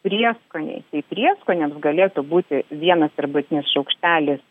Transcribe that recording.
prieskoniai tai prieskonis galėtų būti vienas arbatinis šaukštelis